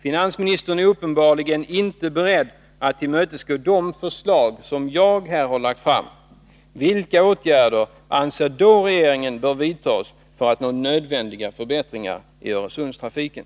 Finansministern är uppenbarligen inte beredd att tillmötesgå de önskemål som jag här har framfört. Vilka åtgärder anser då regeringen bör vidtas för att nå nödvändiga förbättringar i Öresundstrafiken?